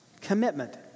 Commitment